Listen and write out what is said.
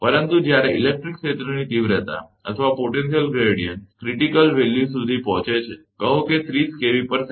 પરંતુ જ્યારે ઇલેક્ટ્રિક ક્ષેત્રની તીવ્રતા અથવા પોટેન્શિયલ ગ્રેડીયંટ ક્રીટીકલ મૂલ્ય સુધી પહોંચે છે કહો કે 30 kVcm